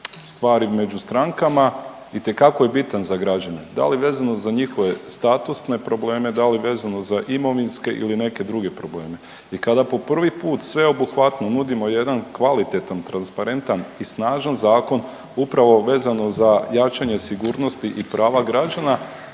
stvari među strankama itekako je bitan za građane. Da li vezano za njihove statusne probleme, da li vezano za imovinske ili neke druge probleme i kada po prvi put sveobuhvatno nudimo jedan kvalitetan, transparentan i snažan zakon upravo vezano za jačanje sigurnosti i prava oporbe